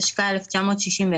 התשכ"א-1961,